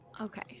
Okay